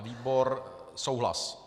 Výbor souhlas.